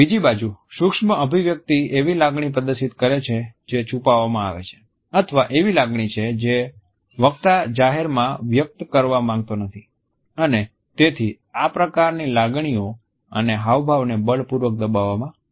બીજી બાજુ સૂક્ષ્મ અભિવ્યક્તિ એવી લાગણી પ્રદર્શિત કરે છે જે છુપાવવામાં આવે છે અથવા એવી લાગણી છે જે વક્તા જાહેરમાં વ્યક્ત કરવા માંગતો નથી અને તેથી આ પ્રકારની લાગણીઓ અને હાવભાવ ને બળપૂર્વક દબાવવામાં આવે છે